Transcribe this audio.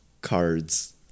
cards